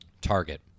target